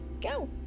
go